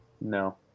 No